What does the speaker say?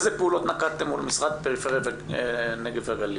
איזה פעולות נקטתם מול משרד פריפריה נגב והגליל?